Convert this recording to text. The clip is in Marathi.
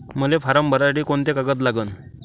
मले फारम भरासाठी कोंते कागद लागन?